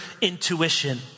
intuition